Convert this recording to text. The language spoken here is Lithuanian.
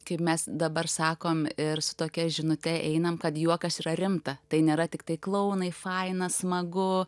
kaip mes dabar sakom ir su tokia žinute einam kad juokas yra rimta tai nėra tiktai klounai faina smagu